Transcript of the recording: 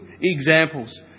examples